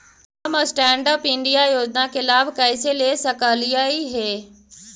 हम stand up India योजना के लाभ कइसे ले सकलिअई हे